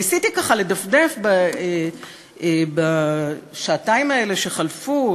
ניסיתי ככה לדפדף בשעתיים האלה שחלפו,